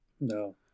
No